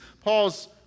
Paul's